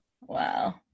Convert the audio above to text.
wow